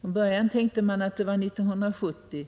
Från början tänkte man att det var 1970,